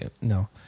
no